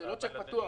זה לא צ'ק פתוח.